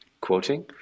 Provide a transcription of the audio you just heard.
quoting